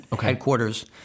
headquarters